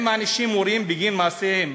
אם מענישים הורים בגין מעשיהם